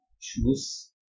choose